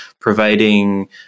providing